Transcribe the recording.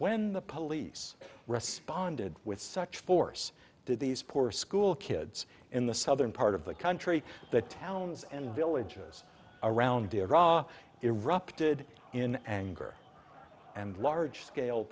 when the police responded with such force did these poor school kids in the southern part of the country the towns and villages around erupted in anger and large scale